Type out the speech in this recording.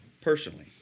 personally